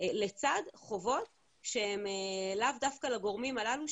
לצד חובות שהם לאו דווקא לגורמים הללו,